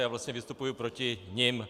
Já vlastně vystupuji proti nim.